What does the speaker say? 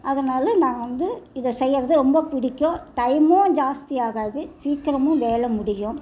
அதனால் நான் வந்து இதை செய்யறது ரொம்ப பிடிக்கும் டைமும் ஜாஸ்தி ஆகாது சீக்கிரமும் வேலை முடியும்